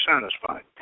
satisfied